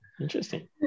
interesting